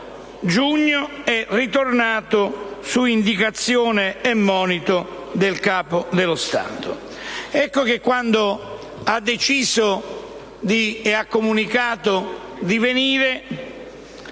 scorso è ritornato su indicazione e monito del Capo dello Stato. Ecco che quando ha deciso e comunicato di venire